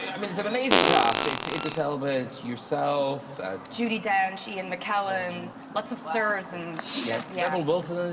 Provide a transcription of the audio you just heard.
i mean it's an amazing cast it's intra celibates yourself judi dench ian mckellen lots of stars and yeah, yeah, bob wilson.